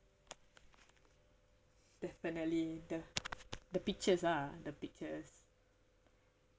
definitely the the pictures are the pictures